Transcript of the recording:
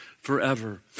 forever